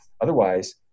otherwise